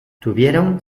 tuvieron